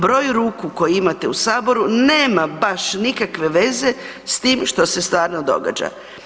Broj ruku koje imate u saboru nema baš nikakve veze s tim što se stvarno događa.